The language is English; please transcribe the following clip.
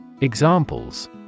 Examples